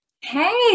Hey